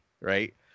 right